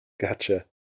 Gotcha